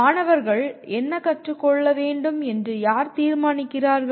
மாணவர்கள் என்ன கற்றுக் கொள்ள வேண்டும் என்று யார் தீர்மானிக்கிறார்கள்